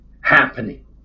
happening